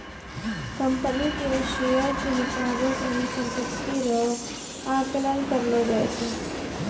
company के share के हिसाबौ से ही सम्पत्ति रो आकलन करलो जाय छै